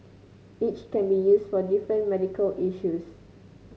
each can be used for different medical issues